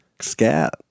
scat